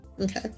okay